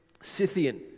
Scythian